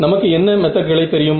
நமக்கு என்ன மெத்தட்களை தெரியும்